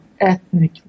ethnic